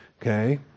okay